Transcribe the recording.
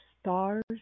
stars